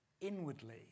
inwardly